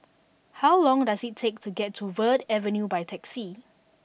how long does it take to get to Verde Avenue by taxi